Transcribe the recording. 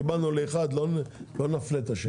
קיבלנו לאחד, לא נפלה את השני.